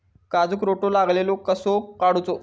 काजूक रोटो लागलेलो कसो काडूचो?